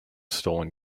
stolen